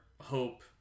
hope